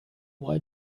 why